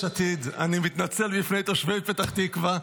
עתיד אני מתנצל בפני תושבי פתח תקווה,